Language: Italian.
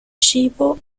cibo